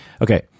Okay